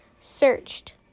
searched